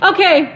Okay